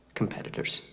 competitors